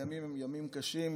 הימים הם ימים קשים,